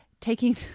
taking